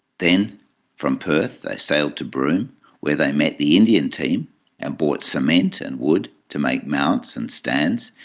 then from perth they sailed to broome where they met the indian team and bought cement and wood to make mounts and stands,